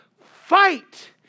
fight